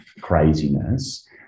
craziness